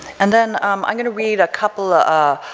and then i'm going to read a couple of,